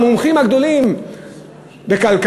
המומחים הגדולים בכלכלה,